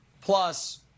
plus